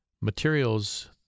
materials